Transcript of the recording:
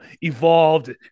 evolved